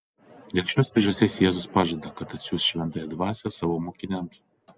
dėl šios priežasties jėzus pažada kad atsiųs šventąją dvasią savo mokiniams